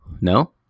no